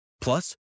Plus